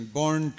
born